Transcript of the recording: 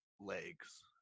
legs